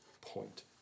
point